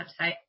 website